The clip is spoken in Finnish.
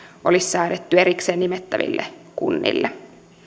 olisi säädetty erikseen nimettäville kunnille